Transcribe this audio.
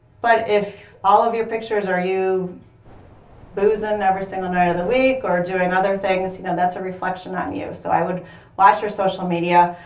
but if all of your pictures are you boozing every single night of the week or doing other things, you know that's a reflection on you. so i would watch your social media.